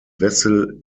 wessel